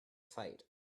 fight